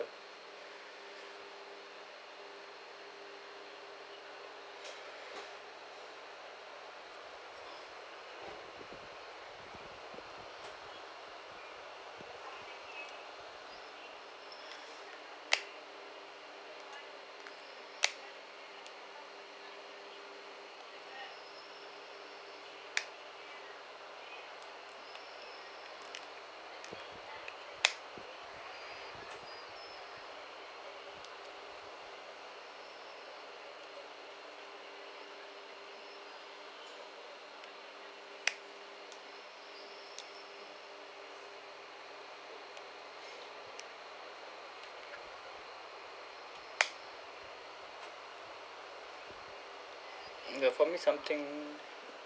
mm ya for me something